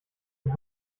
die